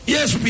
Yes